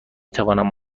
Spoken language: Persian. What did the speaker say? توانم